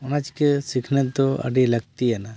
ᱚᱱᱟᱪᱤᱠᱟᱹ ᱥᱤᱠᱷᱱᱟᱹᱛ ᱫᱚ ᱟᱹᱰᱤ ᱞᱟᱹᱠᱛᱤᱭᱟᱱᱟ